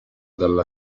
dalla